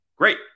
great